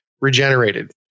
regenerated